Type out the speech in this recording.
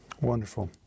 Wonderful